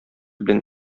белән